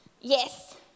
Yes